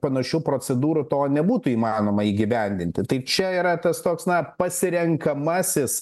panašių procedūrų to nebūtų įmanoma įgyvendinti tai čia yra tas toks na pasirenkamasis